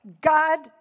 God